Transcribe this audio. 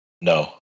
No